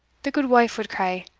the gudewife wad cry,